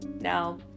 now